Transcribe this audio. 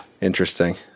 interesting